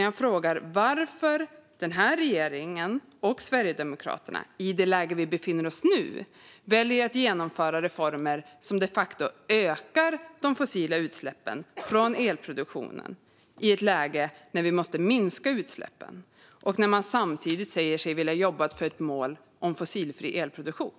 Jag frågade varför regeringen och Sverigedemokraterna i ett läge där vi måste minska utsläppen väljer att genomföra reformer som de facto ökar de fossila utsläppen från elproduktionen, samtidigt som man säger sig vilja jobba för ett mål om fossilfri elproduktion.